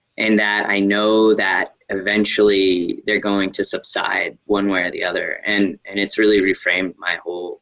and that i know that eventually they're going to subside one way or the other. and and it's really reframed my whole